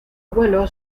abuelo